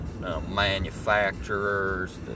Manufacturers